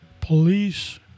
police